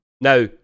Now